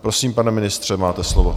Prosím, pane ministře, máte slovo.